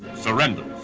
surrenders.